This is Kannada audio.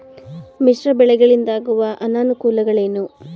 ಮಿಶ್ರ ಬೆಳೆಗಳಿಂದಾಗುವ ಅನುಕೂಲಗಳೇನು?